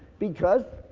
because,